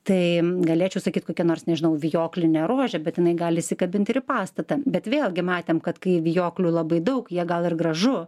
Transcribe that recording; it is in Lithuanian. tai galėčiau sakyt kokia nors nežinau vijoklinė rožė bet jinai gali įsikabinti ir pastatą bet vėlgi matėme kad kai vijoklių labai daug jie gal ir gražu